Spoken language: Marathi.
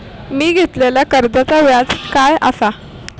मी घेतलाल्या कर्जाचा व्याज काय आसा?